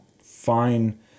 fine